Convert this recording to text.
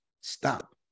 stop